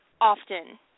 often